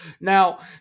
Now